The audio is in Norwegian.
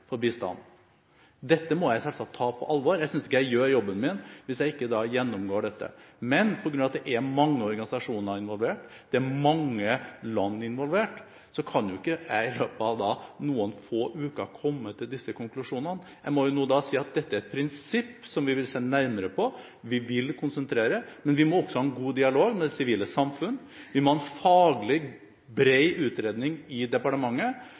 Dette må jeg selvsagt ta på alvor. Jeg synes ikke jeg gjør jobben min hvis jeg ikke gjennomgår dette. Men på grunn av at det er mange organisasjoner og mange land involvert, kan ikke jeg i løpet av noen få uker komme til disse konklusjonene. Jeg må nå si at dette er et prinsipp som vi vil se nærmere på. Vi vil konsentrere, men vi må også ha en god dialog med det sivile samfunn. Vi må ha en faglig, bred utredning i departementet,